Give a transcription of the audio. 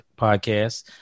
podcast